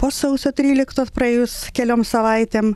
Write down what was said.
po sausio tryliktos praėjus keliom savaitėm